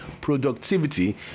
productivity